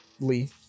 lee